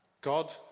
God